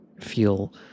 feel